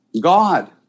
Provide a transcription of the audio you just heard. God